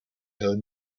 her